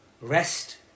rest